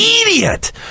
idiot